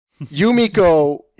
Yumiko